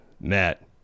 Matt